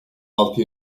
altı